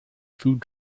food